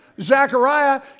Zechariah